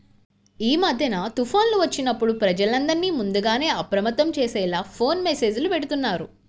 యీ మద్దెన తుఫాన్లు వచ్చినప్పుడు ప్రజలందర్నీ ముందుగానే అప్రమత్తం చేసేలా ఫోను మెస్సేజులు బెడతన్నారు